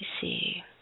see